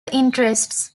interests